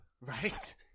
right